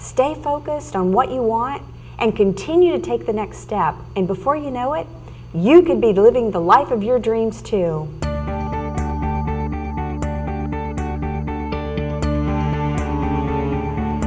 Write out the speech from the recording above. stay focused on what you want and continue to take the next step and before you know it you can be living the life of your dreams to a